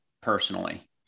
personally